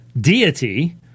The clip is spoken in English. deity